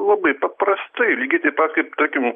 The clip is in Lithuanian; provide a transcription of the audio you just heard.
labai paprastai lygiai taip pat kaip tarkim